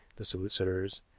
the solicitors,